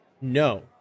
No